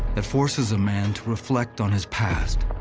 that forces a man to reflect on his past,